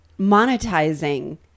monetizing